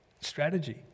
strategy